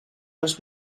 les